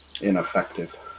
ineffective